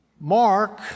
Mark